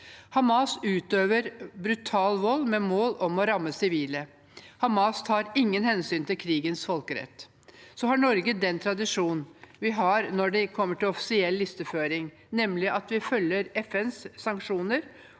Hamas utøver brutal vold med mål om å ramme sivile, og Hamas tar ingen hensyn til krigens folkerett. Så har Norge den tradisjonen vi har når det gjelder offisiell listeføring, nemlig at vi følger FNs sanksjoner